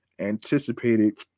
anticipated